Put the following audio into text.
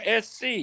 SC